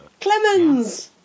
Clemens